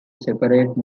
separate